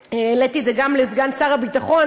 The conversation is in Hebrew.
והעליתי את זה גם בפני סגן שר הביטחון,